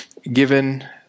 Given